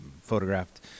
photographed